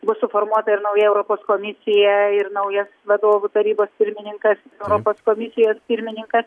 bus suformuota ir nauja europos komisija ir naujas vadovų tarybos pirmininkas europos komisijos pirmininkas